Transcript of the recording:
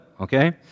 okay